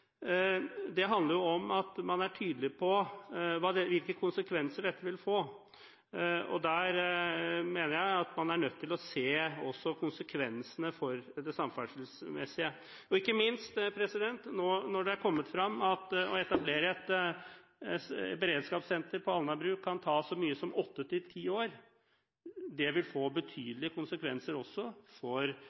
Det handler om at man er tydelig på hvilke konsekvenser dette vil få. Jeg mener at man også er nødt til å se på konsekvensene for det samferdselsmessige, ikke minst når det nå har kommet frem at det å etablere et beredskapssenter på Alnabru kan ta så mye som åtte til ti år. Det vil få betydelige konsekvenser også for